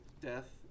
death